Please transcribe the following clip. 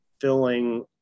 filling